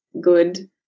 good